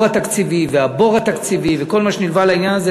התקציבי והבור התקציבי וכל מה שנלווה לעניין הזה,